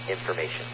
information